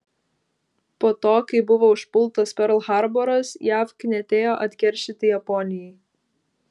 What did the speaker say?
po to kai buvo užpultas perl harboras jav knietėjo atkeršyti japonijai